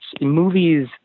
movies